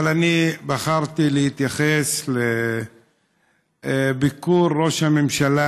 אבל אני בחרתי להתייחס לביקור ראש הממשלה